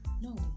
No